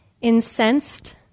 incensed